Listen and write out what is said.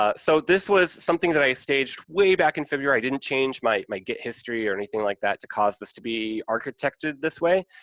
ah so, this was something that i staged way back in february, i didn't change my my git history or anything like that to cause this to be architected this way,